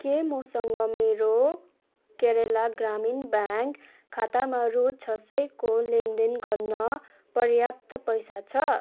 के मसँग मेरो केरला ग्रामीन ब्याङ्क खातामा रु छ सयको लेनदेन गर्न पर्याप्त पैसा छ